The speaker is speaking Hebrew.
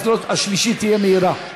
ואז השלישית תהיה מהירה.